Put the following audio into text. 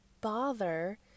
bother